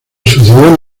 sucedió